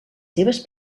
seves